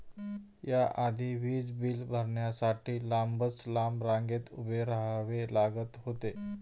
या आधी वीज बिल भरण्यासाठी लांबच लांब रांगेत उभे राहावे लागत होते